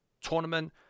tournament